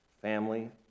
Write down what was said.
family